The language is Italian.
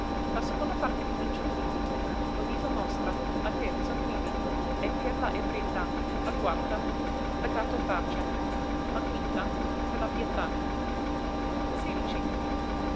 la seconda parte comincia quivi lo viso mostra la terza quivi e per la ebrietà la quarta peccato face la quinta per la pietà